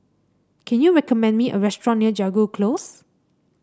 can you recommend me a restaurant near Jago Close